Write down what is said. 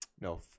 No